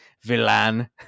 villain